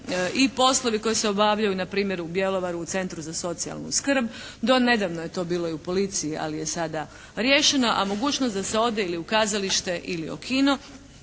i poslovi koji se obavljaju na primjer u Bjelovaru u Centru za socijalnu skrb. Do nedavno je to bilo i u policiji ali je sada riješeno a mogućnost da se ode ili u kazalište ili u kino,